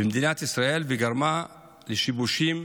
במדינת ישראל וגרמה לשיבושים